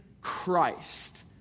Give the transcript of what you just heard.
Christ